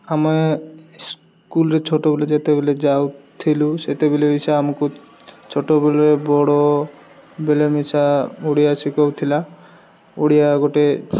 ଆମେ ସ୍କୁଲ୍ରେ ଛୋଟବେଲେ ଯେତେବେଲେ ଯାଉଥିଲୁ ସେତେବେଲେ ମିଶା ଆମକୁ ଛୋଟବେଲେ ବଡ଼ ବେଲେ ମିଶା ଓଡ଼ିଆ ଶିଖଉଥିଲା ଓଡ଼ିଆ ଗୋଟେ